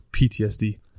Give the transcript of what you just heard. PTSD